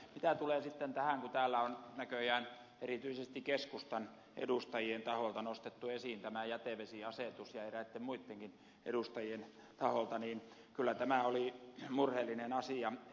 mitä tulee sitten tähän kun täällä on näköjään erityisesti keskustan ja eräitten muittenkin edustajien taholta nostettu esiin tämä jätevesiasetus niin kyllä tämä oli murheellinen asia